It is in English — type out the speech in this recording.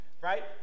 right